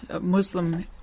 Muslim